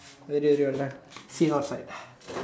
really really well done see you outside